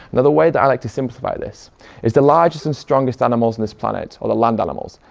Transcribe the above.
another way that i like to simplify this is the largest and strongest animals in this planet, or the land animals,